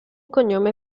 cognome